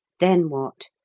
then what?